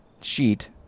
sheet